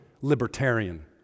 libertarian